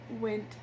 went